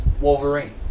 Wolverine